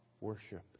worship